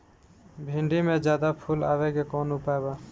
भिन्डी में ज्यादा फुल आवे के कौन उपाय बा?